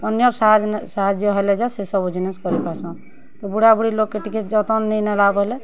ଅନ୍ୟ ସାହାଜ୍ ନେ ସାହାଯ୍ୟ ହେଲେ ଯା ସେ ସବୁ ଜିନିଷ୍ କରି ପାର୍ସୁଁ ତ ବୁଢ଼ାବୁଢ଼ି ଲୋକ୍ କେ ଟିକେ ଜତନ୍ ନେଇଁ ନେଲା ବେଲେ